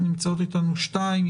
נמצאות איתנו שתיים,